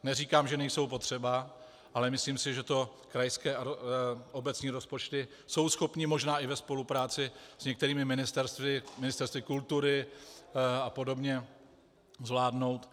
Neříkám, že nejsou potřeba, ale myslím si, že to krajské a obecní rozpočty jsou schopny možná i ve spolupráci s některými ministerstvy, s Ministerstvem kultury a podobně, zvládnout.